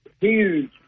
huge